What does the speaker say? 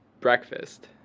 breakfast